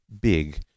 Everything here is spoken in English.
big